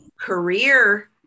career